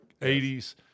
80s